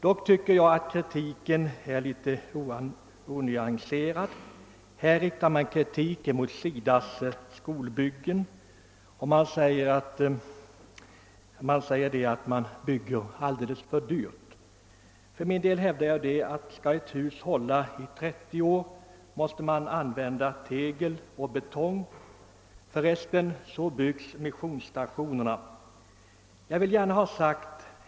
Dock tycker jag att kritiken är litet onyanserad. Verket kritiserar SIDA:s skolbyggen och säger att organisationen bygger alldeles för dyrt. För min del hävdar jag att skall ett hus hålla i 30 år måste man använda tegel och betong — så byggs för övrigt missionsstationerna.